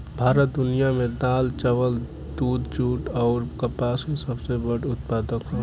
भारत दुनिया में दाल चावल दूध जूट आउर कपास के सबसे बड़ उत्पादक ह